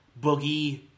Boogie